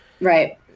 right